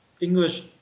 English